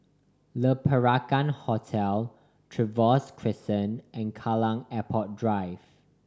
Le Peranakan Hotel Trevose Crescent and Kallang Airport Drive